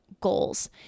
goals